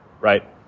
right